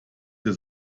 für